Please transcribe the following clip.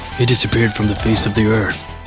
he disappeared from the face of the earth.